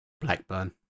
Blackburn